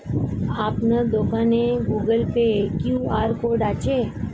আপনার দোকানে Google Pay QR code আছে?